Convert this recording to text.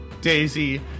Daisy